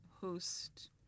host